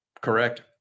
Correct